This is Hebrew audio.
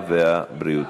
והבריאות.